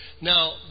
Now